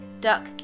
duck